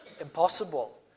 Impossible